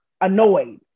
annoyed